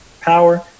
power